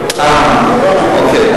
אוקיי.